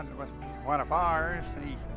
must be one of ours. he